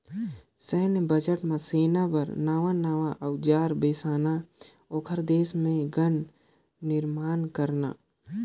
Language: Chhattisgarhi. सैन्य बजट म सेना बर नवां नवां अउजार बेसाना, ओखर देश मे गन निरमान करबा